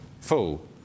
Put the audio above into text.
full